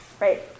Right